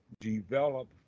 develop